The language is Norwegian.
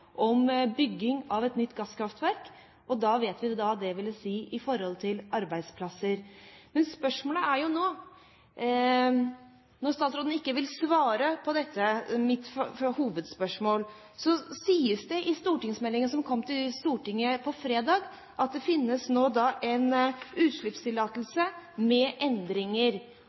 om bygging av et nytt gasskraftverk, og da vet vi hva det ville si for arbeidsplasser. Men spørsmålet er jo nå, når statsråden ikke vil svare på mitt hovedspørsmål: Det sies i stortingsmeldingen som kom til Stortinget på fredag, at det finnes nå en utslippstillatelse med endringer.